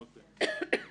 אוקיי.